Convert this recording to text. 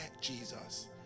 Jesus